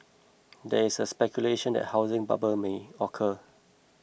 there is speculation and a housing bubble may occur